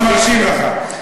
אנחנו מרשים לך.